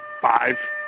five